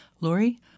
Lori